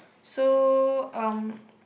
so um